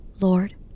Lord